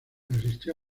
asistió